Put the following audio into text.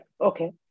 Okay